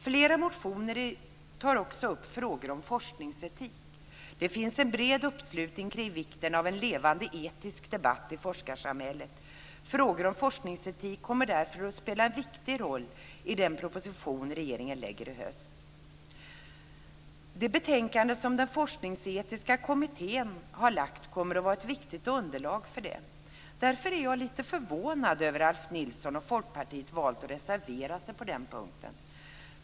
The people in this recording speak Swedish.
Flera motioner tar också upp frågor om forskningsetik. Det finns en bred uppslutning kring vikten av en levande etisk debatt i forskarsamhället. Frågor om forskningsetik kommer därför att spela en viktig roll i den proposition som regeringen lägger fram i höst. Det betänkande som den forskningsetiska kommittén lagt fram kommer att vara ett underlag för det. Därför är jag lite förvånad över att Ulf Nilsson och Folkpartiet valt att reservera sig på den punkten.